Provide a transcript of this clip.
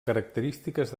característiques